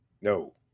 No